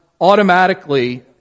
automatically